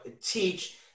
teach